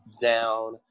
down